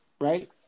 Right